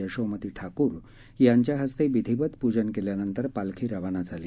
यशोमती ठाकूर यांच्या हस्तविधीवत पूजन कव्यिनंतर पालखी रवाना झाली